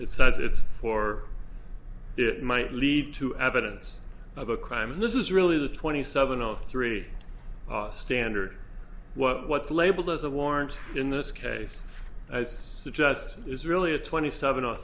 says it's for it might lead to evidence of a crime and this is really the twenty seven zero three standard what what's labeled as a warrant in this case as suggested is really a twenty seven